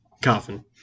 coffin